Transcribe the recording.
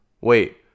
wait